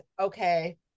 okay